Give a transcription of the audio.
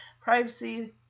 privacy